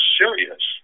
serious